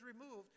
removed